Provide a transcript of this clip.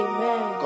Amen